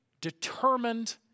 determined